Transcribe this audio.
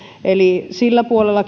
eli silläkin puolella